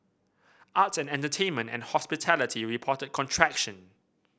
arts and entertainment and hospitality reported contraction